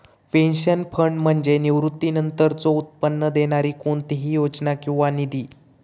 pension fund म्हणजे निवृत्तीनंतरचो उत्पन्न देणारी कोणतीही योजना किंवा निधी